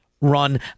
run